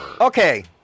okay